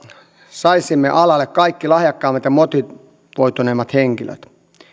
saisimme alalle kaikki lahjakkaimmat ja motivoituneimmat henkilöt